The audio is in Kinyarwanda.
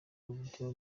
uburyo